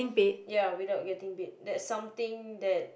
ya without getting paid that's something that